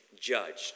judged